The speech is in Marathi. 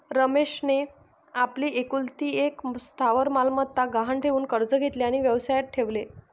रमेशने आपली एकुलती एक स्थावर मालमत्ता गहाण ठेवून कर्ज घेतले आणि व्यवसायात ठेवले